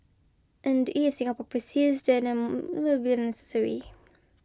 and if Singapore persists then a unnecessary